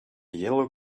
yellow